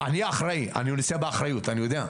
אני אחראי, אני נושא באחריות, אני יודע,